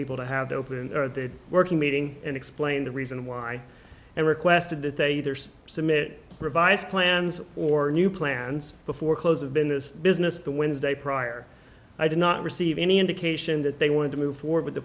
able to have the opening of the working meeting and explain the reason why they requested that they there's some it revised plans or new plans before close of business business the wednesday prior i did not receive any indication that they wanted to move forward